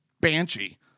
banshee